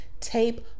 Tape